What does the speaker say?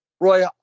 Roy